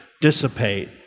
dissipate